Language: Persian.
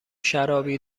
شرابی